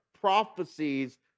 prophecies